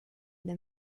them